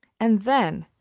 and then,